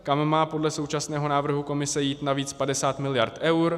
Tam má podle současného návrhu Komise jít navíc 50 miliard eur.